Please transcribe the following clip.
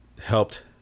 helped